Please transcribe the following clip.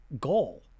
goal